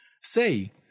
Say